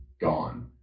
gone